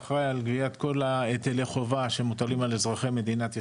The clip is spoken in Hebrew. אחראי על גביית כל היטלי החובה שמוטלים על אזרחי מדינת ישראל,